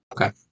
Okay